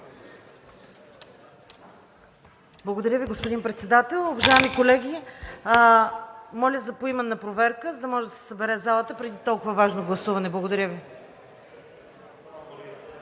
Благодаря Ви, господин Председател. Уважаеми колеги, моля за поименна проверка, за да може да се събере залата преди толкова важно гласуване. Благодаря Ви.